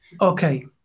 Okay